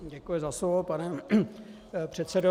Děkuji za slovo, pane předsedo.